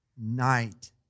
night